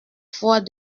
fois